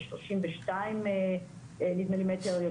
של שלושים ושניים מטר,